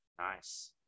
nice